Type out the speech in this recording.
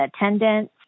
attendance